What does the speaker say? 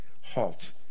halt